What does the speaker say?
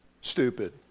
stupid